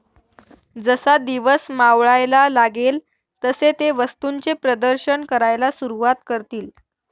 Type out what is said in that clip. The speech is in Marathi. जसा दिवस मावळायला लागेल तसे ते वस्तूंचे प्रदर्शन करायला सुरुवात करतील